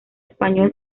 español